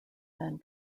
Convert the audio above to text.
then